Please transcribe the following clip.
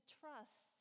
trust